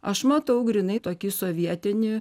aš matau grynai tokį sovietinį